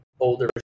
older